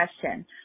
question